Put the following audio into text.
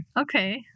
Okay